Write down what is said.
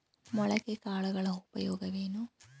ಮೊಳಕೆ ಕಾಳುಗಳ ಉಪಯೋಗವೇನು?